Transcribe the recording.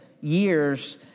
years